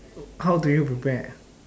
how do you prepare